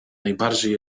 najbardziej